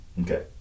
Okay